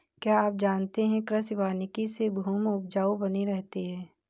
क्या आप जानते है कृषि वानिकी से भूमि उपजाऊ बनी रहती है?